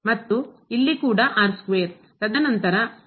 ಮತ್ತು ಇಲ್ಲಿ ಕೂಡ ತದನಂತರ ಈ ಇರುತ್ತದೆ